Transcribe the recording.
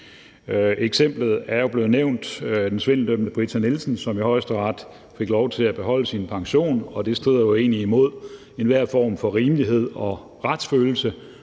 Eksemplet er jo blevet nævnt: den svindeldømte Britta Nielsen, som af Højesteret fik lov til at beholde sin pension. Det strider jo egentlig imod enhver form for rimelighed og retsfølelse,